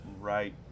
right